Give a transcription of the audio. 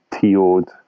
TO'd